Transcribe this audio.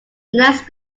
next